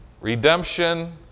redemption